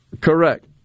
Correct